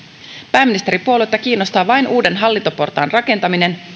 pääministeripuoluetta kiinnostaa vain uuden hallintoportaan rakentaminen